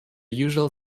usual